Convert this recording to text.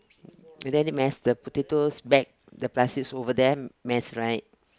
oh then they mess the potatoes bag the plastic over there mess right